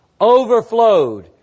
overflowed